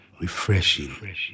Refreshing